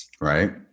right